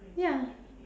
ya